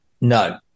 No